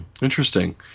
interesting